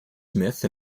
smith